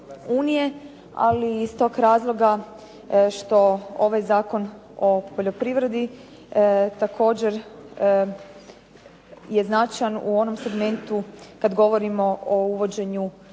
Ali iz toga razloga što ovaj Zakon o poljoprivredi je značajan u onom segmentu kada govorimo o uvođenju reda